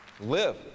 live